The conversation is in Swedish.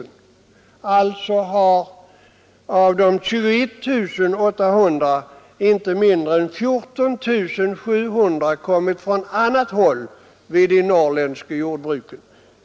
Alltså har av de 21 800 kronorna inte mindre än 14 700 kronor vid de norrländska jordbruken kommit från annat håll.